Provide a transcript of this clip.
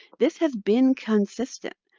this has been consistent.